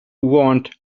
want